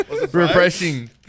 Refreshing